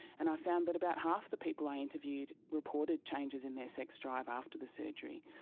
and i found that about half the people i interviewed reported changes in their sex drive after the surgery.